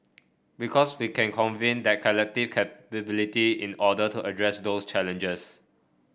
because we can convene that collective capability in order to address those challenges